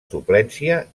suplència